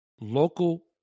local